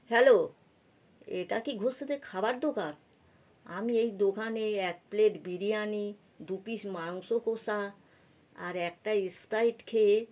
hello এটা কি ঘোষেদের খাবার দোকান আমি এই দোকানে এক প্লেট বিরিয়ানি দু পিস মাংস কষা আর একটা স্প্রাইট খেয়ে